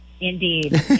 Indeed